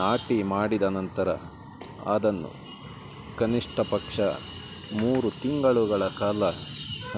ನಾಟಿ ಮಾಡಿದ ನಂತರ ಅದನ್ನು ಕನಿಷ್ಠ ಪಕ್ಷ ಮೂರು ತಿಂಗಳುಗಳ ಕಾಲ